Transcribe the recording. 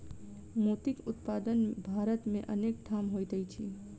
मोतीक उत्पादन भारत मे अनेक ठाम होइत अछि